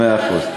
מאה אחוז.